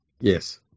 Yes